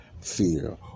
fear